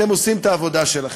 אתם עושים את העבודה שלכם.